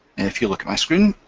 if you look at my screen,